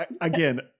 again